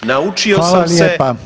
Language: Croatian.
Naučio sam se